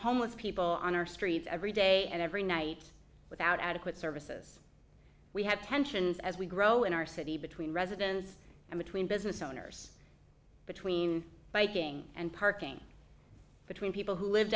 homeless people on our streets every day and every night without adequate services we have pensions as we grow in our city between residents and between business owners between biking and parking between people who live